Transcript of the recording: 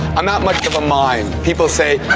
i'm not much of a mime. people say,